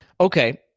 okay